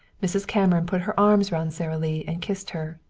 mrs. cameron put her arms round sara lee and kissed her.